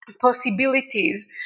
Possibilities